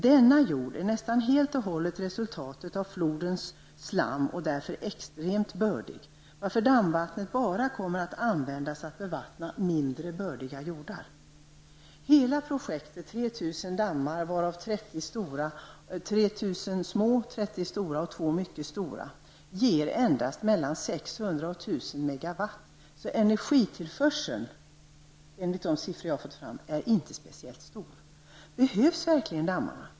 Denna jord är nästan helt och hållet resultatet av flodens slam och är därför extremt bördig, varför vattnet från dammen endast kommer att användas för att bevattna mindre bördiga jordar. Hela projektet med två mycket stora, 30 stora och 3 000 små dammar ger endast 600--1 000 MW. Energitillförseln enligt de siffror jag har fått fram är inte speciellt stor. Behövs verkligen dammarna?